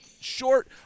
short